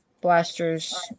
blasters